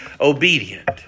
obedient